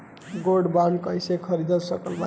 Gold bond कईसे खरीद सकत बानी?